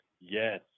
Yes